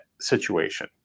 situation